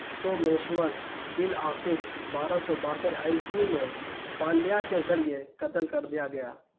سومیشور بالآخر بارہ سو باسٹھ عیسوی میں پانڈیا کے ذریعے قتل کر دیا گیا